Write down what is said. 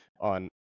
on